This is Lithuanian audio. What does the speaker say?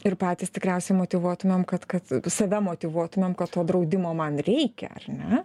ir patys tikriausiai motyvuotumėm kad kad save motyvuotumėm kad to draudimo man reikia ar ne